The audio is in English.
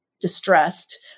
distressed